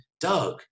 Doug